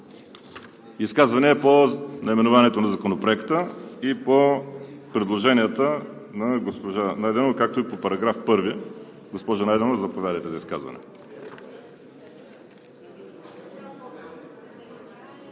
Изказвания по наименованието на Законопроекта и по предложенията на госпожа Найденова, както и по § 1. Госпожо Найденова, заповядайте за изказване.